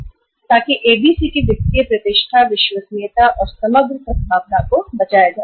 तो इससे ABC कि वित्तीय प्रतिष्ठा विश्वसनीयता और समग्र साख को बाजार में बचाया जा सकता है